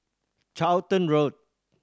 Charlton Road